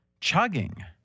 chugging